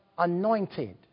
Anointed